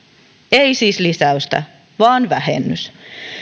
ei siis lisäystä vaan vähennys